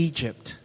Egypt